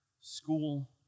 School